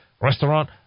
restaurant